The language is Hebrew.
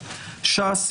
ש"ס,